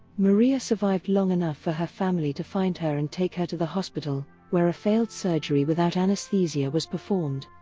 maria survived long enough for her family to find her and take her to the hospital, where a failed surgery without anesthesia was performed.